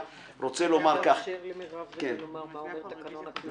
אולי תאפשר למרב לומר מה מבחינת תקנון הכנסת.